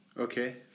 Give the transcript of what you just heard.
Okay